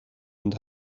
and